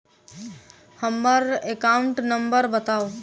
हम्मर account number बताऊ?